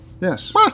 Yes